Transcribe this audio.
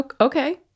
Okay